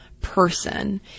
person